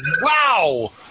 Wow